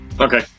Okay